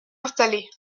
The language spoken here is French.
installer